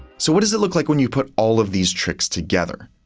so what does it look like when you put all of these tricks together?